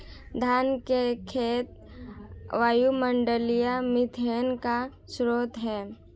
धान के खेत वायुमंडलीय मीथेन का स्रोत हैं